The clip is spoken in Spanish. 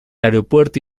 aeropuerto